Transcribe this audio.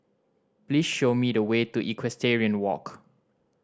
please show me the way to Equestrian Walk